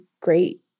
great